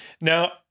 Now